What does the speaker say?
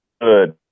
good